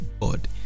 God